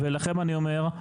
ולכם אני אומר,